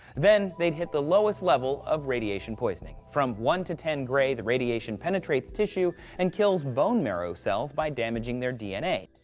then they'd hit the lowest level of poisoning. from one to ten gray the radiation penetrates tissue, and kills bone marrow cells by damaging their dna.